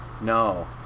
No